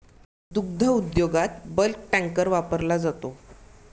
दुग्ध उद्योगात bulk tank वापरला जातो